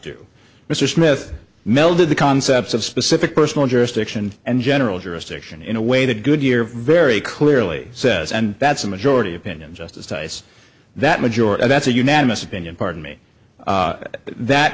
do mr smith melded the concepts of specific personal jurisdiction and general jurisdiction in a way that goodyear very clearly says and that's a majority opinion just as nice that majority that's a unanimous opinion pardon me but that